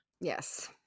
Yes